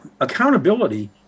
Accountability